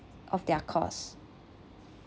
of their cost